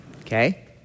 okay